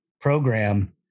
program